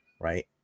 right